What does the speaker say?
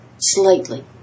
Slightly